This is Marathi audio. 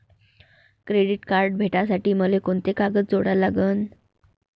क्रेडिट कार्ड भेटासाठी मले कोंते कागद जोडा लागन?